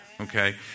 Okay